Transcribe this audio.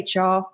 HR